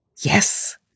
Yes